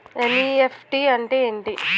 NEFT అంటే ఎంటి?